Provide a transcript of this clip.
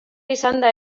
izanda